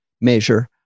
measure